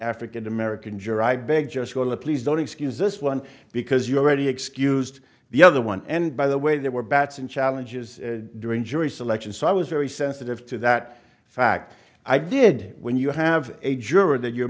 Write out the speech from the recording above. african american juror i beg just please don't excuse this one because you already excused the other one and by the way there were bats and challenges during jury selection so i was very sensitive to that fact i did when you have a juror that you're